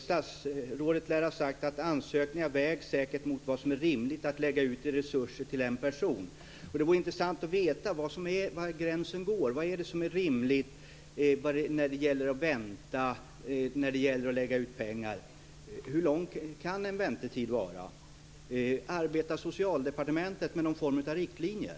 Statsrådet lär ha sagt att ansökningar säkert vägs mot vad som är rimligt att lägga ut i resurser till en person. Det vore intressant att veta var gränsen går. Vad är det som är rimligt när det gäller att vänta och att lägga ut pengar? Hur lång kan en väntetid vara? Arbetar Socialdepartementet med någon form av riktlinjer?